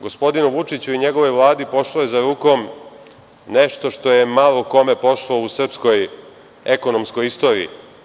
Gospodinu Vučiću i njegovoj Vladi pošlo je za rukom nešto što je malo kome pošlo u srpskoj ekonomskoj istoriji.